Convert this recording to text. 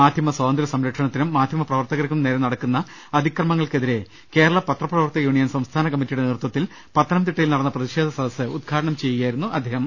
മാധ്യമ സ്വാതന്ത്ര സംരക്ഷണത്തിനും മാധ്യപ്ര വർത്തകർക്കും നേരെ നടക്കുന്ന അതിക്രമങ്ങൾക്കെതിരെ കേരള പത്രപ്രവർത്തക യൂണിയൻ സംസ്ഥാന കമ്മറ്റിയുടെ നേതൃത്വത്തിൽ പത്തനംതിട്ടയിൽ നടന്ന പ്രതിഷേധ സദസ്സ് ഉദ്ഘാടനം ചെയ്യുകയായിരുന്നു അദ്ദേഹം